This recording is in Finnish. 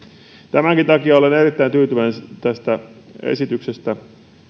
tämänkin takia olen erittäin tyytyväinen tästä esityksestä